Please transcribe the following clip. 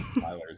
Tyler's